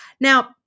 Now